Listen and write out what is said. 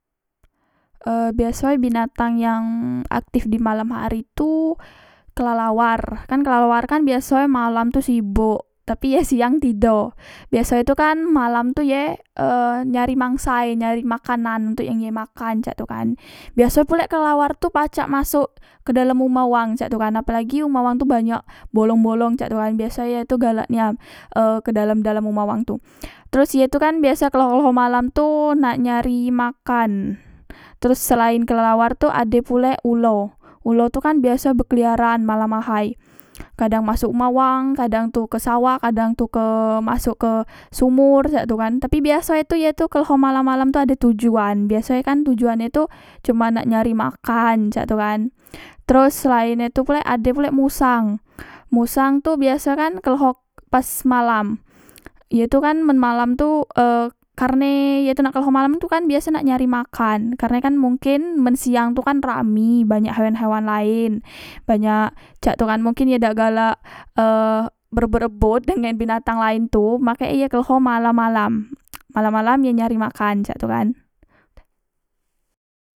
E biasoe binatang yang aktif di malam hari tu kelelawar kan kelelawar kan biaso e malam tu sibok tapi ye siang tido biasoe tu kan malam tu ye nyari mangsa e nyari makanan ontok ye makan cak tu kan biaso pulek kelelawar tu pacak masok kedalam ruma wang cak tu kan apelagi rumah wang tu banyak bolong bolong cak tu kan biaso e ye tu galak nian e ke dalam dalam uma wang tu terus ye tu kan biaso e kleho kalo malam tu nak nyari makan terus selain kelelawar tu ade pulek ulo ulo tu kan biaso e berkeliaran malam ahay kadang masok uma wang kadang tu kesawah kadang tu ke masok ke sumur biasoe ye tu kleho malam malam tu ade tujuan biaso e ka tujuan e tu cuman nak nyari makan cak tu kan teros selaen e tu pulek ade pulek musang musang tu biasoe kan kleho pas malam ye tu kan men malam tu e karne ye nak kleho malam tu kan nyari makan karne kan mongken men siang tu kan rami banyak banyak hewan hewan laen banyak cak tu kan mungkin ye dak galak e berebot rebot dengan binatang laen tu makek e ye kleho malam malam malam malam ye nyari makan cak tu kan